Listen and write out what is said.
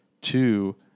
Two